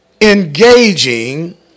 engaging